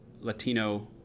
Latino